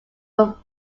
were